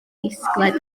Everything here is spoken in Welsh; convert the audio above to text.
disgled